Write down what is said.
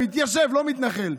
מתיישב, לא מתנחל,